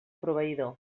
proveïdor